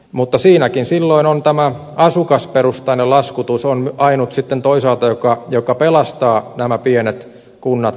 mutta siinäkin silloin on tämä asukasperustainen laskutus sitten toisaalta ainut joka pelastaa nämä pienet kunnat